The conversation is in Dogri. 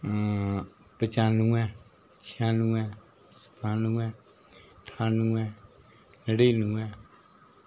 पचानुऐं छेआनुऐं सतानुऐं ठानुऐं नड़ीनुऐं